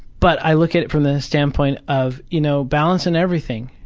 but i look at it from the standpoint of, you know, balance in everything.